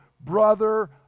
brother